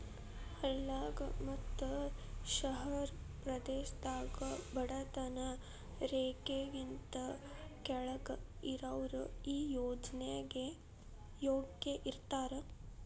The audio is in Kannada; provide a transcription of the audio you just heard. ಹಳ್ಳಾಗ ಮತ್ತ ಶಹರ ಪ್ರದೇಶದಾಗ ಬಡತನ ರೇಖೆಗಿಂತ ಕೆಳ್ಗ್ ಇರಾವ್ರು ಈ ಯೋಜ್ನೆಗೆ ಯೋಗ್ಯ ಇರ್ತಾರ